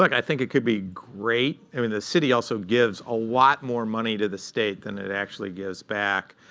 like i think it could be great. i mean the city also gives a lot more money to the state than it actually gives back.